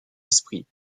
esprit